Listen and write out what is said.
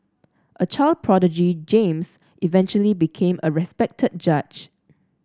a child prodigy James eventually became a respected judge